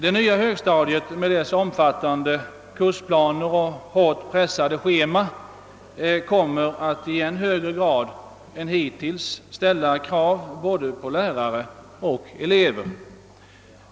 Det nya högstadiet med dess omfattande kursplaner och hårt pressade schema kommer att i än högre grad än hittills ställa krav på både lärare och elever.